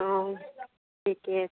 हँ ठीके छै